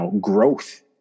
growth